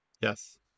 Yes